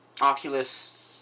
Oculus